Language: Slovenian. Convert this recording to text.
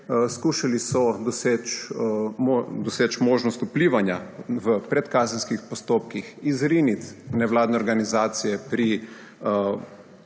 Skušali so doseči možnost vplivanja v predkazenskih postopkih, izriniti nevladne organizacije pri